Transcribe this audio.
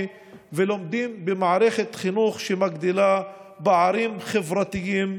ולומדים במערכת חינוך שמגדילה פערים חברתיים,